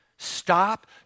Stop